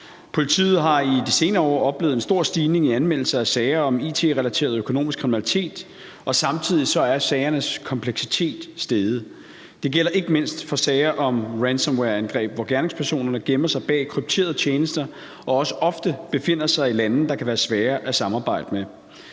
Politiet har i de senere år oplevet en stor stigning i anmeldelser af sager om it-relateret økonomisk kriminalitet, og samtidig er sagernes kompleksitet steget. Det gælder ikke mindst for sager om ransomwareangreb, hvor gerningspersonerne gemmer sig bag krypterede tjenester og også ofte befinder sig i lande, der kan være svære at samarbejde med.